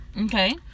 Okay